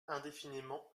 indéfiniment